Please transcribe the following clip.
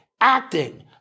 acting